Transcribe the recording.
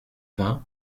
vingt